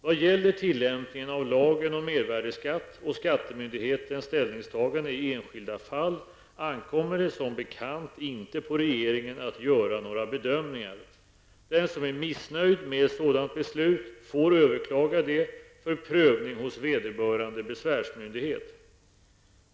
Vad gäller tillämpningen av lagen om mervärdeskatt och skattemyndighetens ställningstagande i enskilda fall ankommer det som bekant inte på regeringen att göra några bedömningar. Den som är missnöjd med ett sådant beslut får överklaga det för prövning hos vederbörande besvärsmyndighet.